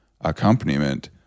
accompaniment